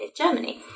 Germany